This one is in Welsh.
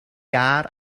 iâr